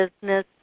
business